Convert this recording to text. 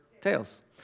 tails